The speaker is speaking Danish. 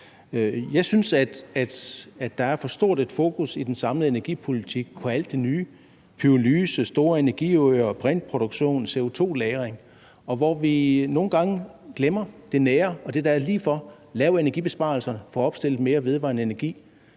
Jeg synes, at der i den samlede energipolitik er for stort et fokus på alt det nye – pyrolyse, store energiøer, brintproduktion, CO2-lagring – hvor vi nogle gange glemmer det nære og det, der er lige for, altså lave energibesparelser ved at opstille mere vedvarende energi